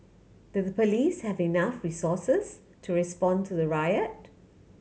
did the police have enough resources to respond to the riot